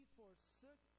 forsook